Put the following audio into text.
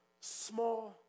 small